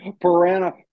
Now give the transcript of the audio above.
Piranha